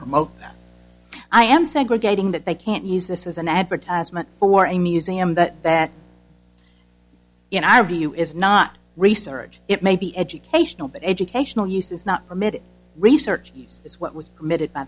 promote i am segregating that they can't use this as an advertisement for a museum that that you know i review is not research it may be educational but educational use is not permitted research is what was permitted by